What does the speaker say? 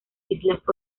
islas